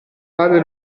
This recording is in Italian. padre